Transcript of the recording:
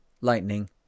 lightning